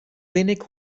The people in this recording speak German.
wenig